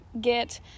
get